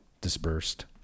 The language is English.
dispersed